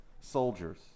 soldiers